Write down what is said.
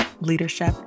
leadership